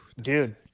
dude